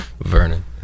Vernon